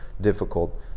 difficult